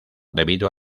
debido